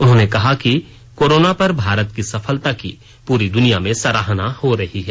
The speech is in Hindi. उन्होंने कहा कि भारत की सफलता की पूरी दुनिया में सराहना हो रही है